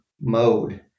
mode